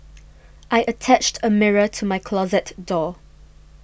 I attached a mirror to my closet door